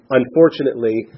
unfortunately